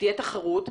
שתהיה תחרות,